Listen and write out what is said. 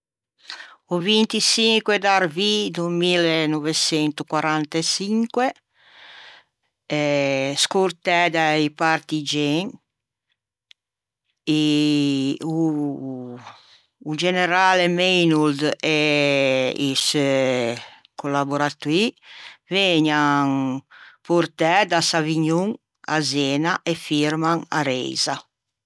O vintiçinque d'arvî do milleneuveçentoquaranteçinque, scortæ da-i partigen, o generale Meinhold e i seu collaboratoî vëgnan portæ da Savignon à Zena e firman a reisa.